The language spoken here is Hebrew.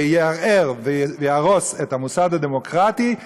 יערער ויהרוס את המוסד הדמוקרטי,